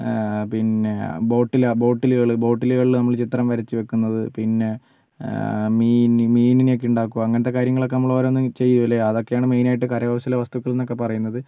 പിന്നെ ബോട്ടില ബോട്ടിലികൾബോട്ടിലികളില് നമ്മള് ചിത്രം വരച്ച് വെയ്ക്കന്നത് പിന്നെ മീന് മീനിനക്കെ ഉണ്ടാക്കും അങ്ങനത്തെ കാര്യങ്ങളൊക്കെ നമ്മൾ ഓരോന്ന് ചെയ്യൂലെ അതൊക്കെയാണ് മെയിനായിട്ട് കരകൗശല വസ്തുക്കൾന്നക്കെ പറയുന്നത്